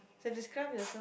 then describe yourself